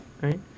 right